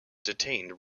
detained